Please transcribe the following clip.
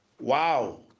Wow